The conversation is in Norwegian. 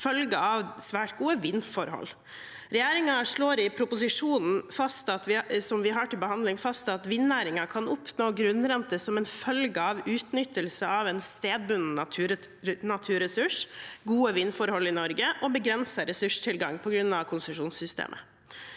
følge av svært gode vindforhold. Regjeringen slår i proposisjonen som vi har til behandling, fast at vindnæringen kan oppnå grunnrente som en følge av utnyttelse av en stedbunden naturressurs, gode vindforhold i Norge og begrenset ressurstilgang på grunn av konsesjonssystemet.